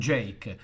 Jake